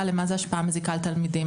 לגבי מה זה "השפעה מזיקה" על תלמידים,